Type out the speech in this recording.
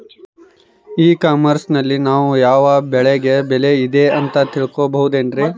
E commerce ನಲ್ಲಿ ನಾವು ಯಾವ ಬೆಳೆಗೆ ಬೆಲೆ ಇದೆ ಅಂತ ತಿಳ್ಕೋ ಬಹುದೇನ್ರಿ?